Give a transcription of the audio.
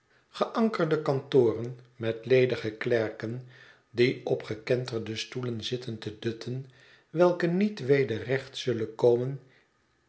geankerde kantoren met ledige klerken die op gekenterde stoelen zitten te dutten welke niet weder recht zullen komen